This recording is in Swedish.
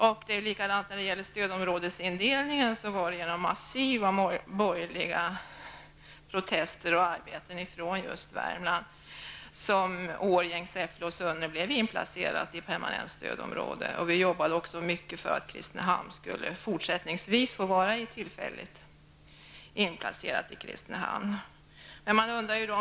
Även när det gäller stödområdesindelningen var det genom massiva borgerliga protester från just Värmland som Årjäng, Säffle och Sunne blev inplacerade i permanenta stödområden. Vi jobbade även mycket för att Kristinehamn även fortsättningsvis skulle vara tillfälligt inplacerat i stödområde.